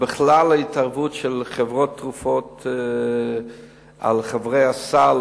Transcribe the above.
ובכלל ההתערבות של חברות תרופות מול חברי הסל,